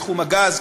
בתחום הגז.